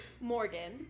Morgan